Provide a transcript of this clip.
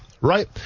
right